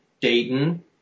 Dayton